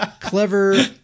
clever